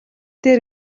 дээр